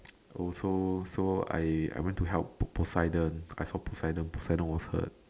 also so I went to help Poseidon I saw Poseidon Poseidon was hurt